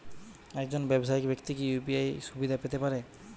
একজন ব্যাবসায়িক ব্যাক্তি কি ইউ.পি.আই সুবিধা পেতে পারে?